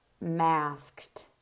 masked